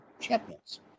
champions